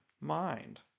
mind